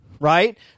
right